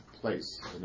place